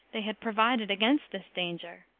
they had provided against this danger.